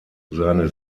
seine